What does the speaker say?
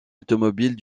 automobile